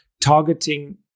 targeting